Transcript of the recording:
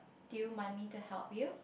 do you mind me to help you